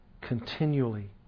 continually